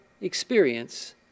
experience